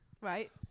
Right